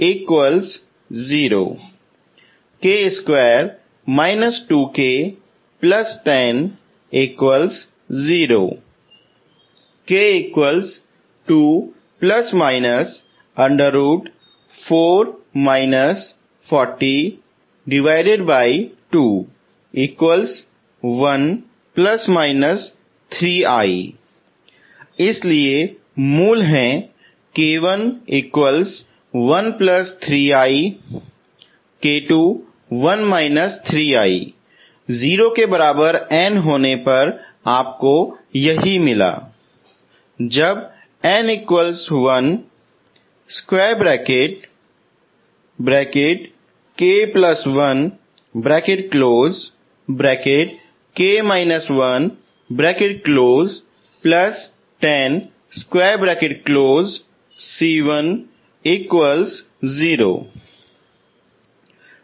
इसलिए मूल हैं k1 1 3i k2 1 3i 0 के बराबर n होने पर आपको यही मिला